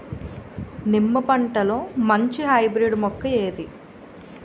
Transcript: నిమ్మ పంటలో మంచి హైబ్రిడ్ మొక్క ఏది?